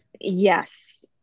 Yes